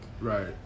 right